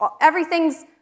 everything's